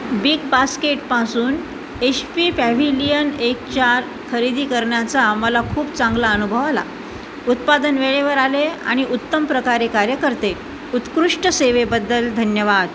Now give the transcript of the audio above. big बास्केटपासून H P Pavilion एक चार खरेदी करण्याचा मला खूप चांगला अनुभव आला उत्पादन वेळेवर आले आणि उत्तम प्रकारे कार्य करते उत्कृष्ट सेवेबद्दल धन्यवाद